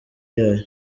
yayo